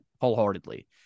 wholeheartedly